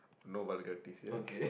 no vulgarities ya